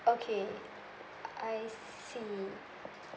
okay I see